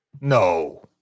No